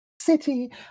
city